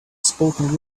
spoken